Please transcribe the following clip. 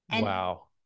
Wow